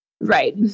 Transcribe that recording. Right